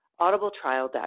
audibletrial.com